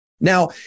Now